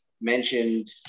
mentioned